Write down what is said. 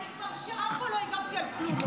אני כבר שעה פה, לא הגבתי על כלום.